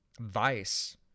VICE